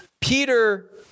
Peter